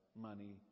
money